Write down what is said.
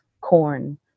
corn